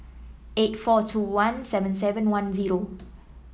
eight four two one seven seven one zero